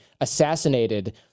assassinated